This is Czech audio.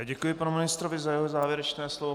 Děkuji panu ministrovi za jeho závěrečné slovo.